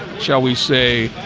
shall we say